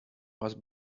must